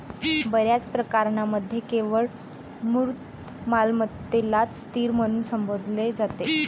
बर्याच प्रकरणांमध्ये केवळ मूर्त मालमत्तेलाच स्थिर म्हणून संबोधले जाते